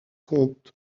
compte